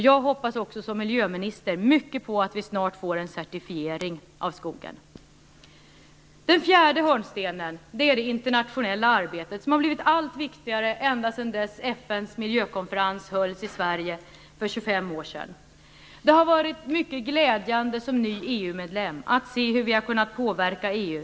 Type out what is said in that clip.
Jag hoppas också som miljöminister mycket på att vi snart får en certifiering av skogen. Den fjärde hörnstenen är det internationella arbetet som har blivit allt viktigare ändå sedan FN:s miljökonferens hölls i Sverige för 25 år sedan. Det har varit mycket glädjande som ny EU-medlem att se hur vi har kunnat påverka EU.